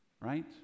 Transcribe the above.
Right